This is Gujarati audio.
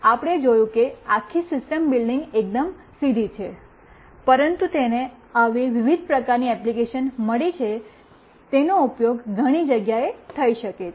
આપણે જોયું છે કે આખી સિસ્ટમ બિલ્ડિંગ એકદમ સીધી છે પરંતુ તેને આવી વિવિધ પ્રકારની એપ્લિકેશન મળી છે તેનો ઉપયોગ ઘણી જગ્યાએ થઈ શકે છે